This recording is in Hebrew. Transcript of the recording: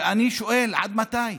ואני שואל: עד מתי?